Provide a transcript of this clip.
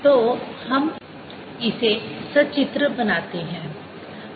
तो हम इसे सचित्र बनाते हैं